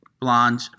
Blonde